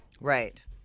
Right